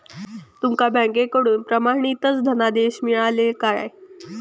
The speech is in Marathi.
तुमका बँकेकडून प्रमाणितच धनादेश मिळाल्ले काय?